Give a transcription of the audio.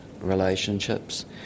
relationships